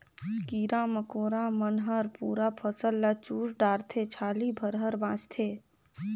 कीरा मकोरा मन हर पूरा फसल ल चुस डारथे छाली भर हर बाचथे